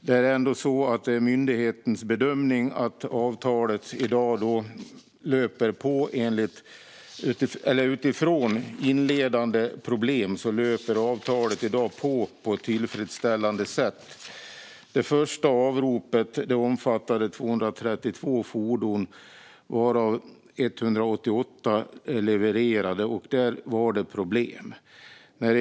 Det är ändå myndighetens bedömning att efter inledande problem löper avtalet i dag på på ett tillfredsställande sätt. Det första avropet omfattade 232 fordon, varav 188 är levererade. Där var det problem.